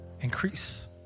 increase